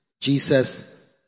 Jesus